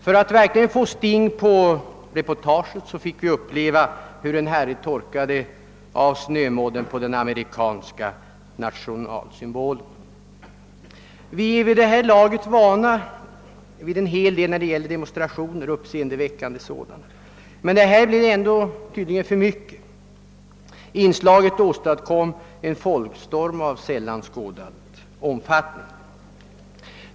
För att verkligen få sting på reportaget torkade en person av snömodden på sina skor på den amerikanska nationalsymbolen. Vi är vid det här laget vana vid en hel del när det gäller uppseendeväckande demonstrationer, men detta blev tydligen ändå för mycket. Inslaget åstadkom en folkstorm av sällan upplevd omfattning.